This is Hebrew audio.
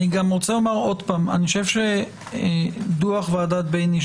אני גם רוצה לומר עוד פעם: אני חושב שדוח ועדת בייניש